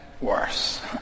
worse